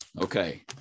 okay